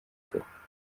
kure